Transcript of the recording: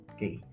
Okay